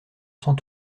sans